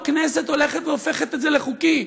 הכנסת הולכת והופכת את זה לחוקי,